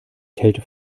kälte